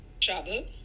travel